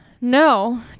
No